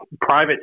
private